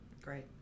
Great